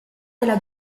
della